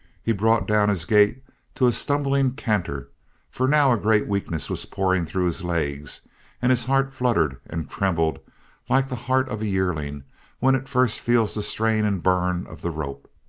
he brought down his gait to a stumbling canter for now a great weakness was pouring through his legs and his heart fluttered and trembled like the heart of a yearling when it first feels the strain and burn of the rope.